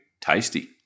tasty